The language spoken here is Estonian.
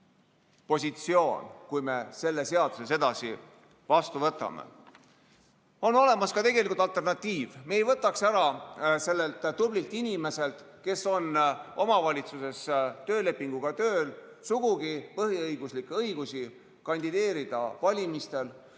positsioon, kui me selle seaduse sedasi vastu võtame. On olemas ka alternatiiv: me ei võtaks ära sellelt tublilt inimeselt, kes on omavalitsuses töölepinguga tööl, sugugi põhiseaduslikku õigust kandideerida valimistel.